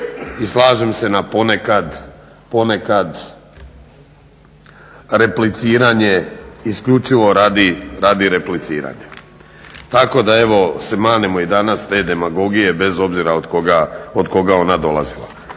i slažem se na ponekad repliciranje isključivao radi repliciranja, tako da se evo manemo danas te demagogije bez obzira od koga ona dolazila.